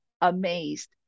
amazed